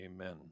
amen